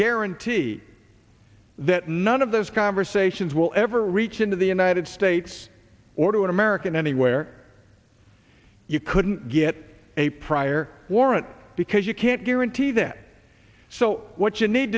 guarantee that none of those conversations will ever reach into the united states or to an american anywhere you couldn't get a prior warrant because you can't guarantee that so what you need